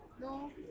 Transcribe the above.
No